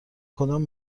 کدام